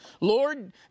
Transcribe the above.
Lord